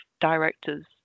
directors